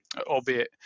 Albeit